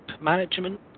management